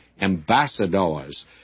ambassadors